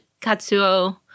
Katsuo